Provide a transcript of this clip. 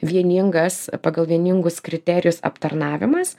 vieningas pagal vieningus kriterijus aptarnavimas